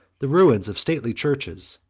the ruins of stately churches,